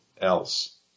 else